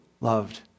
loved